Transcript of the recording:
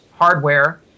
hardware